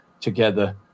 together